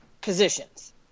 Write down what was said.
positions